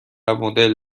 مدل